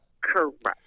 Correct